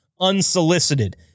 unsolicited